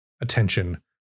attention